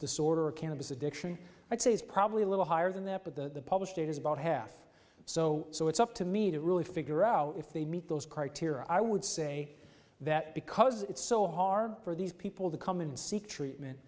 disorder cannabis addiction i'd say it's probably a little higher than that but the published data is about half so so it's up to me to really figure out if they meet those criteria i would say that because it's so hard for these people to come in and seek treatment